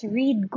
read